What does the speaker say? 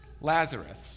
Lazarus